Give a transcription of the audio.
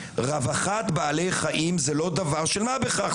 רווחת בעלי חיים זה לא דבר של מה בכך,